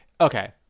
Okay